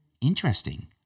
interesting